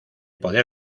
poder